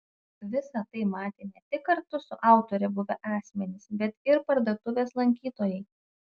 visa tai matė ne tik kartu su autore buvę asmenys bet ir parduotuvės lankytojai